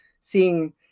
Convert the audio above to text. seeing